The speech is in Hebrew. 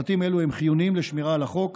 צוותים אלה חיוניים לשמירה על החוק,